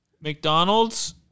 McDonald's